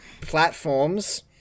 platforms